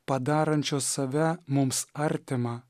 padarančio save mums artimą